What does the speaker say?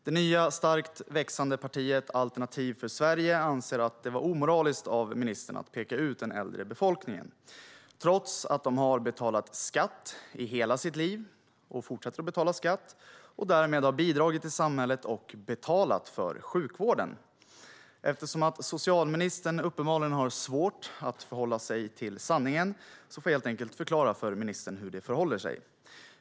Det nya, starkt växande partiet Alternativ för Sverige anser att det var omoraliskt av ministern att peka ut den äldre befolkningen, trots att de har betalat skatt i hela sitt liv, fortsätter att betala skatt och därmed har bidragit till samhället och betalat för sjukvården. Eftersom socialministern uppenbarligen har svårt att hålla sig till sanningen får jag helt enkelt förklara för ministern hur det förhåller sig.